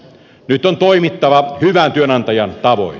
nyt on toimittava hyvän työnantajan tavoin